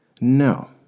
No